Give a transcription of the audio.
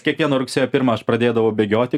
kiekvieną rugsėjo pirmą aš pradėdavau bėgioti